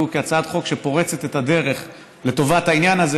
כהצעת חוק שפורצת את הדרך לטובת העניין הזה,